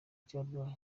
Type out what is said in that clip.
cy’abarwayi